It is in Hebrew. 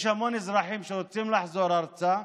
יש המון אזרחים שרוצים לחזור ארצה,